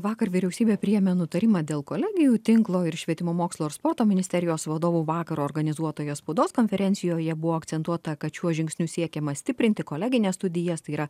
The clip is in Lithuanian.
vakar vyriausybė priėmė nutarimą dėl kolegijų tinklo ir švietimo mokslo ir sporto ministerijos vadovų vakar organizuotoje spaudos konferencijoje buvo akcentuota kad šiuo žingsniu siekiama stiprinti kolegines studijas tai yra